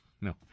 no